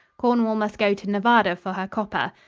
cornwall must go to nevada for her copper,